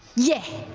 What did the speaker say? yeah.